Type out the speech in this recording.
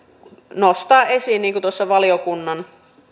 nostaa esiin se niin kuin tuossa valiokunnan